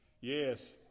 Yes